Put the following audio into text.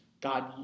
God